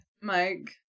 mike